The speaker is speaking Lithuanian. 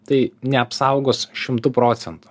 tai neapsaugos šimtu procentų